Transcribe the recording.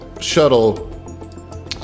shuttle